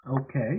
Okay